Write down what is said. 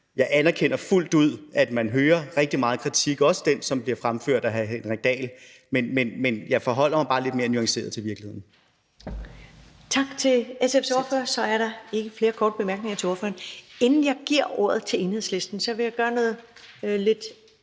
Jeg anerkender fuldt ud, at man hører rigtig meget kritik, også den, som bliver fremført af hr. Henrik Dahl, men jeg forholder mig bare lidt mere nuanceret til virkeligheden. Kl. 20:15 Første næstformand (Karen Ellemann): Tak til SF's ordfører. Så er der ikke flere korte bemærkninger til ordføreren. Inden jeg giver ordet til Enhedslisten, vil jeg gøre noget lidt